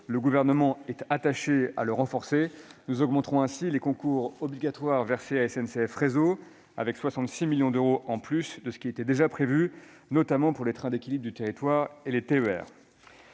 le Gouvernement est attaché à le renforcer. Nous augmenterons ainsi les concours obligatoires versés à SNCF Réseau, avec 66 millions d'euros en plus de ce qui était déjà prévu, notamment pour les trains d'équilibre du territoire et les TER.